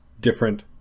different